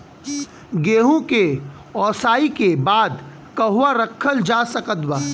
गेहूँ के ओसाई के बाद कहवा रखल जा सकत बा?